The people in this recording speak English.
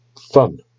Fun